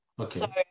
Okay